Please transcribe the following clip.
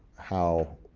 how,